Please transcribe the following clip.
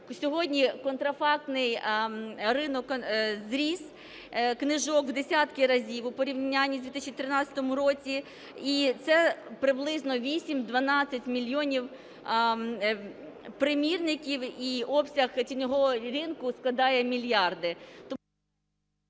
сьогодні контрафактний ринок зріс книжок в десятки разів у порівнянні з 2013 роком, і це приблизно 8-12 мільйонів примірників, і обсяг тіньового ринку складає мільярди...